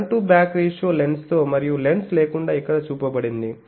front to back ratio లెన్స్తో మరియు lens లేకుండా ఇక్కడ చూపబడింది